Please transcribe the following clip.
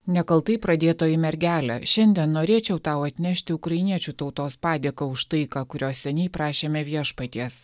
nekaltai pradėtoji mergele šiandien norėčiau tau atnešti ukrainiečių tautos padėką už taiką kurios seniai prašėme viešpaties